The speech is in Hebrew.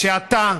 שאתה,